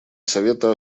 совета